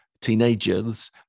teenagers